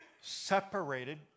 separated